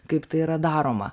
kaip tai yra daroma